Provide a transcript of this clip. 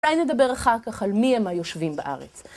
אולי נדבר אחר כך על מי הם היושבים בארץ.